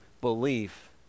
belief